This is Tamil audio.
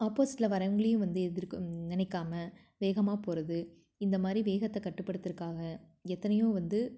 ஆப்போசிட்டில் வரவங்கலையும் வந்து எதிர்க்க நினைக்காம வேகமாக போவது இந்த மாதிரி வேகத்தை கட்டுப்படுத்துகிறக்காக எத்தனையோ வந்து